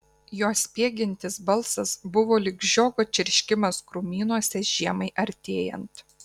jos spiegiantis balsas buvo lyg žiogo čirškimas krūmynuose žiemai artėjant